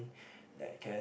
that can